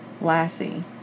Lassie